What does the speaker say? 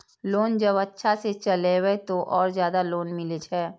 Loan जब अच्छा से चलेबे तो और ज्यादा लोन मिले छै?